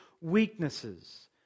weaknesses